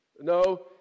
No